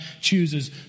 chooses